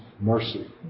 mercy